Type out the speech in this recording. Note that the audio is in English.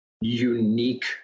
unique